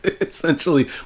essentially